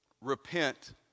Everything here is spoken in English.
Repent